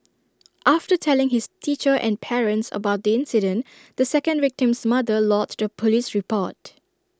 after telling his teacher and parents about the incident the second victim's mother lodged A Police report